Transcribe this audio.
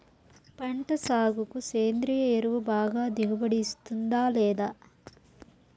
పంట సాగుకు సేంద్రియ ఎరువు బాగా దిగుబడి ఇస్తుందా లేదా